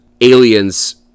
aliens